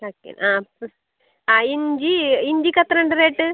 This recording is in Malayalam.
കാൽ കിലോ ആ ആ ഇഞ്ചി ഇഞ്ചിക്ക് എത്രയുണ്ട് റേറ്റ്